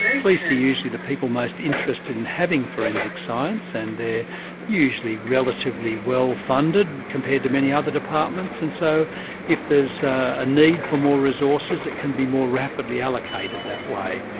police are usually the people most interested in having forensic science, and they're usually relatively well-funded, compared to many other departments, and so if there's a need for more resources, it can be more rapidly allocated that way.